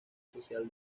social